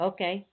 Okay